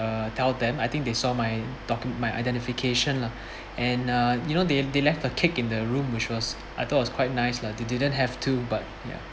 uh tell them I think they saw my docu~ my identification lah and uh you know they they left a cake in the room which was I thought was quite nice lah they didn't have to but ya